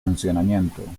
funcionamiento